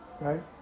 right